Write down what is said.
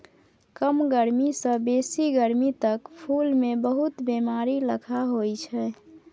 कम गरमी सँ बेसी गरमी तक फुल मे बहुत बेमारी लखा होइ छै